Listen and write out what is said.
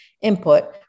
input